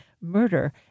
murder